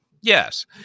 Yes